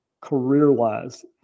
career-wise